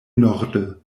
norde